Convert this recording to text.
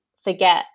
forget